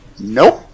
Nope